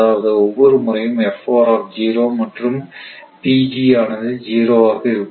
அதாவது ஒவ்வொரு முறையும் மற்றும் ஆனது 0 ஆக இருக்கும்